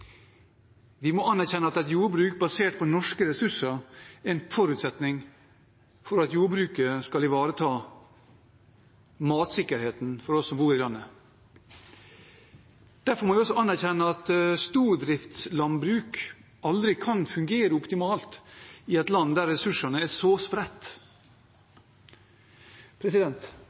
Vi må erkjenne at et jordbruk basert på norske ressurser er en forutsetning for at jordbruket skal ivareta matsikkerheten for oss som bor i landet. Derfor må vi også erkjenne at stordriftslandbruk aldri kan fungere optimalt i et land der ressursene er så spredt.